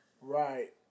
Right